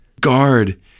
guard